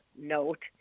note